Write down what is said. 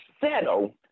settle